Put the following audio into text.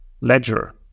ledger